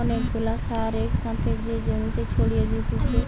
অনেক গুলা সার এক সাথে যে জমিতে ছড়িয়ে দিতেছে